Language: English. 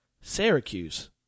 Syracuse